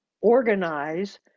organize